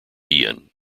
ian